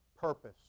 purpose